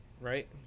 Right